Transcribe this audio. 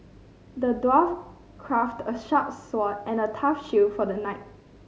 the dwarf crafted a sharp sword and a tough shield for the knight